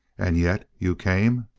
and yet you came?